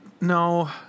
No